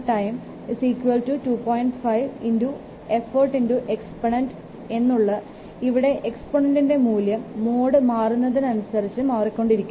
5 effortexponent ഇവിടെ എക്സ്പോനൻറിൻറെ മൂല്യം മോഡ് മാറുന്നതനുസരിച്ച മാറിക്കൊണ്ടിരിക്കും